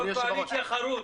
יו"ר קואליציה חרוץ.